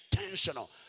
intentional